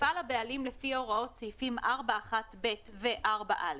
יפעל הבעלים לפי הוראות סעיפים 4(1)(ב) ו־4א,